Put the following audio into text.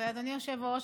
אדוני היושב-ראש,